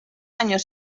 años